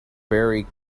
barry